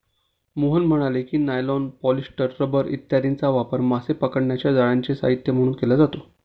मोहन म्हणाले की, nylon, polyester, rubber इत्यादींचा वापर मासे पकडण्याच्या जाळ्यांचे साहित्य म्हणून केला जातो